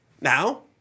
Now